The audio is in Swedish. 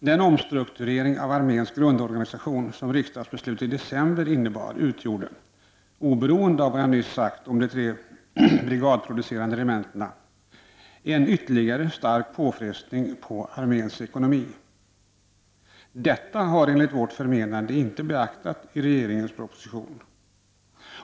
Den omstrukturering av arméns grundorganisation som riksdagsbeslutet i december innebar utgjorde — oberoende av vad jag nyss sagt om de tre brigadproducerande regementena — en ytterligare stark påfrestning på arméns ekonomi. Detta har enligt vårt förmenande inte beaktats i regeringens proposition.